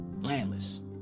Landless